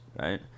right